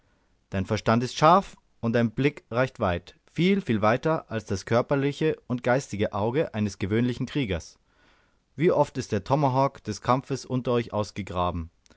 dein verstand ist scharf und dein blick reicht weit viel viel weiter als das körperliche und geistige auge eines gewöhnlichen kriegers wie oft ist der tomahawk des kampfes unter euch ausgegraben